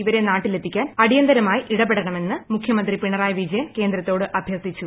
ഇവരെ നാട്ടിലെത്തിക്കാൻ അടിയന്തരമായി ഇടപെടണമെന്ന് മുഖ്യമന്ത്രി പിണറായി വിജയൻ കേന്ദ്രത്തോട് അഭ്യർത്ഥിച്ചു